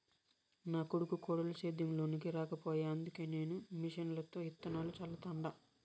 నా కొడుకు కోడలు సేద్యం లోనికి రాకపాయె అందుకే నేను మిషన్లతో ఇత్తనాలు చల్లతండ